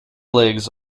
legs